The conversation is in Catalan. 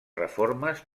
reformes